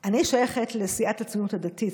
אני שייכת לסיעת הציונות הדתית.